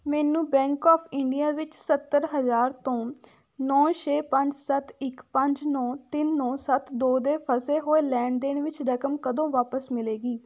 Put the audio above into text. ਮੈਨੂੰ bank of India ਵਿੱਚ ਸੱਤਰ ਹਜ਼ਾਰ ਤੋਂ ਨੌ ਛੇ ਪੰਜ ਸੱਤ ਇੱਕ ਪੰਜ ਨੌ ਤਿੰਨ ਨੌ ਸੱਤ ਦੋ ਦੇ ਫਸੇ ਹੋਏ ਲੈਣ ਦੇਣ ਵਿੱਚ ਰਕਮ ਕਦੋਂ ਵਾਪਿਸ ਮਿਲੇਗੀ